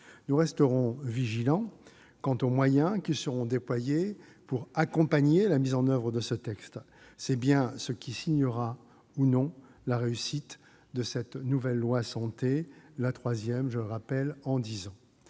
Nous resterons vigilants quant aux moyens qui seront déployés pour accompagner la mise en oeuvre de ce texte : c'est bien ce qui signera ou non la réussite de la nouvelle loi Santé, la troisième en dix ans.